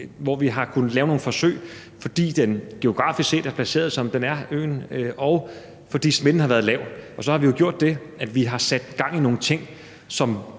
hvor vi har kunnet lave nogle forsøg, fordi øen geografisk set er placeret, som den er, og fordi smitten der har været lav. Og så har vi jo gjort det, at vi har sat gang i nogle ting, som